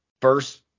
first